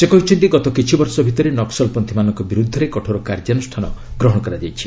ସେ କହିଛନ୍ତି ଗତ କିଛି ବର୍ଷ ଭିତରେ ନକ୍କଲପନ୍ତ୍ରୀମାନଙ୍କ ବିରୁଦ୍ଧରେ କଠୋର କାର୍ଯ୍ୟାନୁଷ୍ଠାନ ଗ୍ରହଣ କରାଯାଇଛି